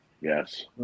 Yes